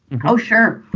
oh, sure.